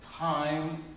time